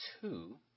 two